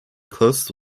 close